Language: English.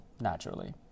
naturally